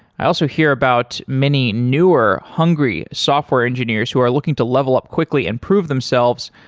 i also hear about many newer, hungry software engineers who are looking to level up quickly and prove themselves